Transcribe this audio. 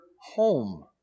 home